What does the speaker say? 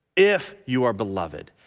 if you are beloved,